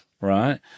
right